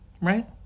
Right